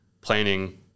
Planning